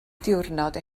diwrnod